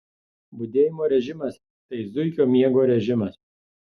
budėjimo režimas tai zuikio miego režimas